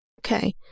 Okay